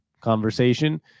conversation